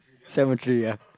cemetery ya